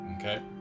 Okay